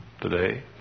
Today